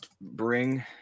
Bring